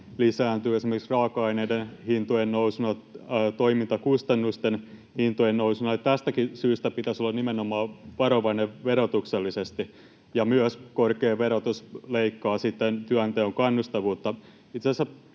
lisääntyvät esimerkiksi raaka-aineiden hintojen nousuna ja toimintakustannusten hintojen nousuna, ja tästäkin syystä pitäisi olla nimenomaan varovainen verotuksellisesti. Korkea verotus leikkaa myös työnteon kannustavuutta.